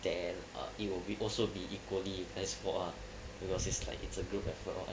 then err it will be also be equally you guys fault ah because is like it's a group effort